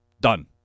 Done